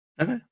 Okay